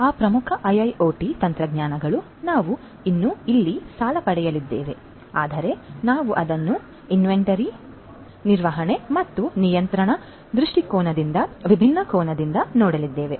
ಆ ಪ್ರಮುಖ IIoT ತಂತ್ರಜ್ಞಾನಗಳು ನಾವು ಇನ್ನೂ ಇಲ್ಲಿ ಸಾಲ ಪಡೆಯಲಿದ್ದೇವೆ ಆದರೆ ನಾವು ಅದನ್ನು ಇನ್ವೆಂಟರಿನು ನಿರ್ವಹಣೆ ಮತ್ತು ನಿಯಂತ್ರಣ ದೃಷ್ಟಿಕೋನದಿಂದ ವಿಭಿನ್ನ ಕೋನದಿಂದ ನೋಡಲಿದ್ದೇವೆ